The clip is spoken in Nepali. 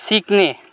सिक्ने